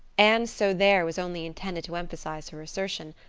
anne's so there was only intended to emphasize her assertion,